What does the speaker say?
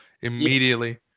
immediately